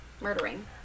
murdering